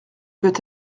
peut